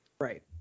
Right